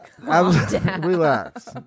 Relax